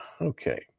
Okay